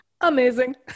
Amazing